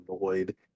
annoyed